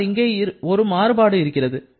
ஆனால் இங்கே ஒரு மாறுபாடு இருக்கிறது